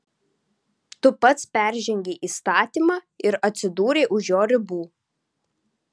tu pats peržengei įstatymą ir atsidūrei už jo ribų